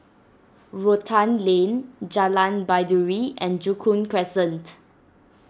Rotan Lane Jalan Baiduri and Joo Koon Crescent